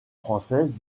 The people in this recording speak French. françaises